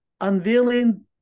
Unveiling